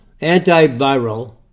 antiviral